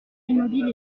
immobile